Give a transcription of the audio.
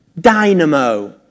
Dynamo